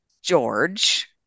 George